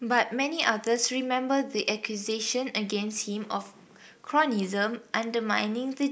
but many others remember the accusation against him of cronyism undermining the